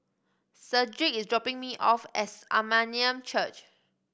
Sedrick is dropping me off at Armenian Church